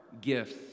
gifts